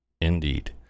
Indeed